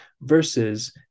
versus